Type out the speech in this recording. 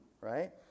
right